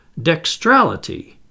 dextrality